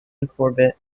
corbett